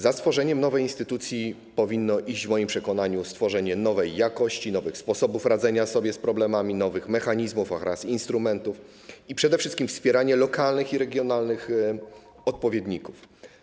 Za stworzeniem nowej instytucji powinno iść w mojej opinii stworzenie nowej jakości, nowych sposobów radzenia sobie z problemami, nowych mechanizmów oraz instrumentów, a przede wszystkim wspieranie lokalnych i regionalnych odpowiedników.